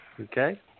Okay